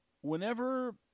whenever